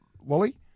Wally